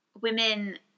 women